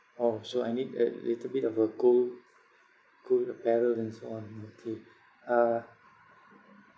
orh so I need a little bit of a cold cold apparel and so on uh